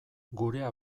gurea